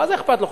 מה זה אכפת לו,